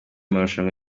marushanwa